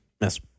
Yes